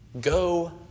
Go